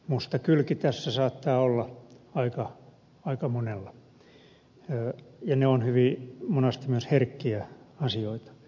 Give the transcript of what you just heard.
musta kylki tässä saattaa olla aika monella ja ne ovat hyvin monesti myös herkkiä asioita